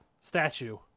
statue